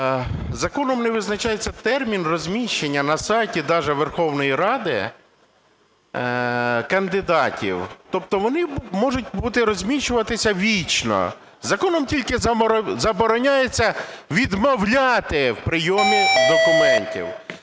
законом не визначається термін розміщення на сайті даже Верховної Ради кандидатів. Тобто вони можуть розміщуватися вічно. Законом тільки забороняється відмовляти в прийомі документів.